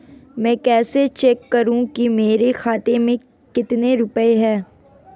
मैं कैसे चेक करूं कि मेरे खाते में कितने रुपए हैं?